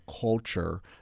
culture